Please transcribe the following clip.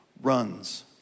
runs